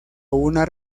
una